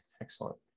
Excellent